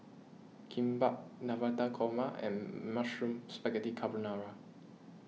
Kimbap Navratan Korma and Mushroom Spaghetti Carbonara